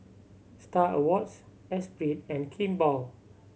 Star Awards Esprit and Kimball